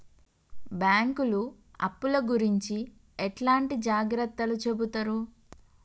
బ్యాంకులు అప్పుల గురించి ఎట్లాంటి జాగ్రత్తలు చెబుతరు?